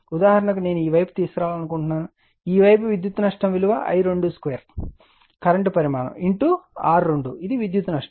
ఉదాహరణకు నేను ఈ వైపు తీసుకురావాలనుకుంటున్నాను ఈ వైపు విద్యుత్ నష్టం విలువ I22 కరెంట్ పరిమాణం R2 ఇది విద్యుత్ నష్టం